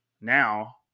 now